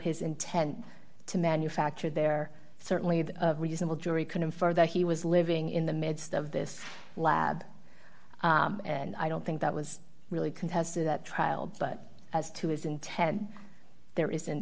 his intent to manufacture there certainly the reasonable jury could infer that he was living in the midst of this lab and i don't think that was really contested at trial but as to his intent there isn't